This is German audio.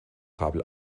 kabel